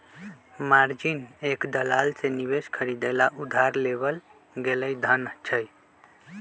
margin एक दलाल से निवेश खरीदे ला उधार लेवल गैल धन हई